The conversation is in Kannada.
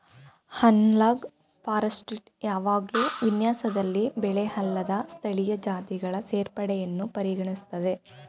ಅನಲಾಗ್ ಫಾರೆಸ್ಟ್ರಿ ಯಾವಾಗ್ಲೂ ವಿನ್ಯಾಸದಲ್ಲಿ ಬೆಳೆಅಲ್ಲದ ಸ್ಥಳೀಯ ಜಾತಿಗಳ ಸೇರ್ಪಡೆಯನ್ನು ಪರಿಗಣಿಸ್ತದೆ